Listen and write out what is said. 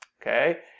Okay